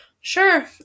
Sure